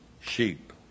sheep